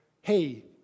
hey